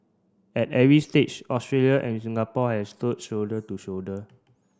at every stage Australia and Singapore have stood shoulder to shoulder